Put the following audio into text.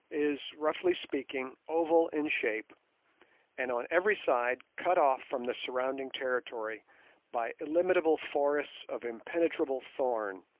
is, roughly speaking, oval in shape and on every side cut off from the surrounding territory by illimitable forests of impenetrable thorn,